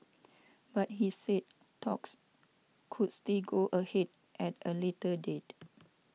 but he said talks could still go ahead at a later date